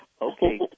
Okay